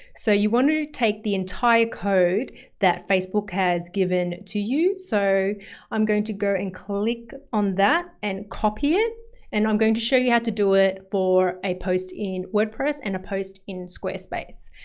so you wanted to take the entire code that facebook has given to you. so i'm going to go and click on that and copy it and i'm going to show you how to do it for a post in wordpress and a post in squarespace.